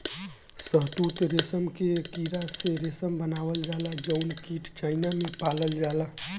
शहतूत रेशम के कीड़ा से रेशम बनावल जाला जउन कीट चाइना में पालल जाला